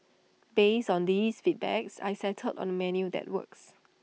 based on these feedbacks I settled on A menu that works